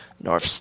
North